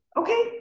okay